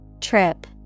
Trip